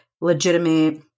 legitimate